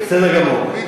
בסדר גמור.